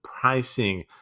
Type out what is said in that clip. pricing